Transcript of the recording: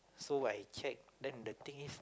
so I check then the thing is